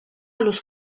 los